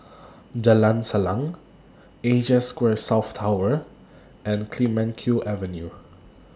Jalan Salang Asia Square South Tower and Clemenceau Avenue